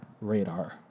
radar